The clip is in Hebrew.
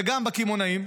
וגם בקמעונאים.